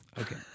Okay